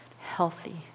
healthy